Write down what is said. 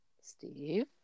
Steve